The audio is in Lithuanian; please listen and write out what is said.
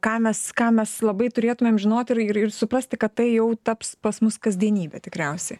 ką mes ką mes labai turėtumėm žinot ir ir suprasti kad tai jau taps pas mus kasdienybė tikriausiai